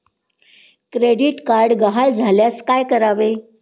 Credit card गहाळ झाल्यास काय करावे?